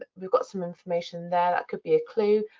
ah we've got some information that could be a clue.